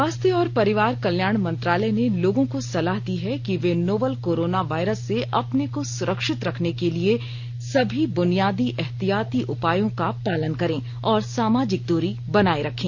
स्वास्थ्य और परिवार कल्याण मंत्रालय ने लोगों को सलाह दी है कि वे नोवल कोरोना वायरस से अपने को सुरक्षित रखने के लिए सभी बुनियादी एहतियाती उपायों का पालन करें और सामाजिक दूरी बनाए रखें